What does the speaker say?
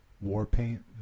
Warpaint